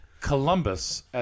Columbus